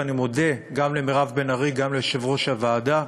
ואני מודה גם למירב בן ארי, גם ליושב-ראש הוועדה,